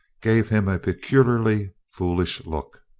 gave him a peculiarly foolish look.